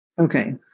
Okay